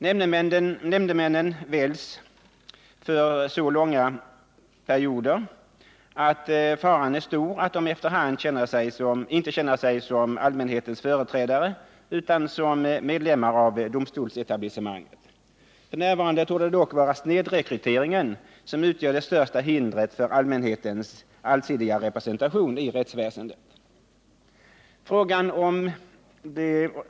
Nämndemännen väljs nämligen för så långa perioder att faran är stor för att de efter hand inte känner sig som « Kn É Nämndemäns allmänhetens företrädare utan snarare som medlemmar av domstolsetablistjänstgöring i semanget. F. n. torde det dock vara snedrekryteringen som utgör det största domstol hindret för allmänhetens allsidiga representation i rättsväsendet.